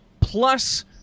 plus